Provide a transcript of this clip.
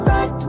Right